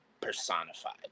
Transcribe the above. personified